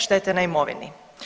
štete na imovini.